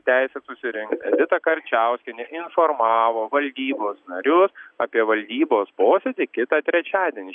teisę susirinkti rita karčiauskienė informavo valdybos narius apie valdybos posėdį kitą trečiadienį